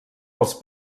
pels